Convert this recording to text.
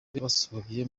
basohoye